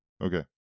okay